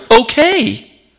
okay